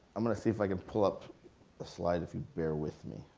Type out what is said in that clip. i'm gonna see if i can pull up a slide if you bear with me.